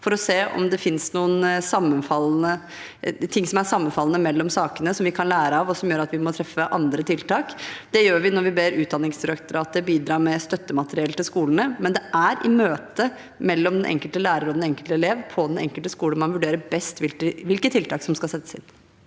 for å se om det finnes ting som er sammenfallende mellom sakene, som vi kan lære av, og som gjør at vi må treffe andre tiltak. Vi gjør det når vi ber Utdanningsdirektoratet bidra med støttemateriell til skolene. Men det er i møtet mellom den enkelte lærer og den enkelte elev på den enkelte skole man vurderer best hvilke tiltak som skal settes inn.